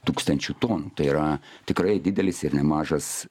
tūkstančių tonų tai yra tikrai didelis ir nemažas